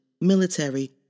military